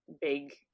big